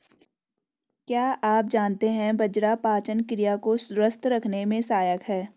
क्या आप जानते है बाजरा पाचन क्रिया को दुरुस्त रखने में सहायक हैं?